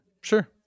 sure